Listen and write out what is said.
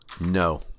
No